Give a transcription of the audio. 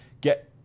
get